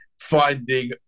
finding